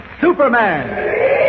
Superman